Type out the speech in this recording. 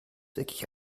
wirklich